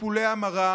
לטיפולי המרה,